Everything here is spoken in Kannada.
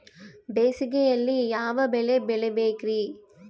ಬೇಸಿಗೆಯಲ್ಲಿ ಯಾವ ಬೆಳೆ ಬೆಳಿಬೇಕ್ರಿ?